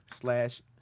slash